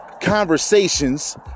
conversations